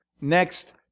Next